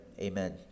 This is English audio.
amen